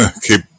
keep